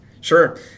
Sure